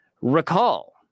recall